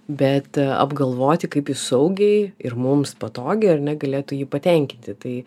bet apgalvoti kaip jį saugiai ir mums patogiai ar negalėtų jį patenkinti tai